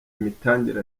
imitangire